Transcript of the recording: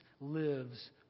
lives